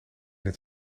het